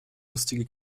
lustige